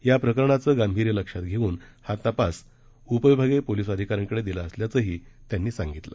या प्रकरणाचं गांभीर्य लक्षात घेऊन हा तपास उपविभागीय पोलिस अधिकाऱ्यांकडे दिला असल्याचही त्यांनी सांगितलं